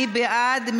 מי בעד?